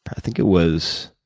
i think it was,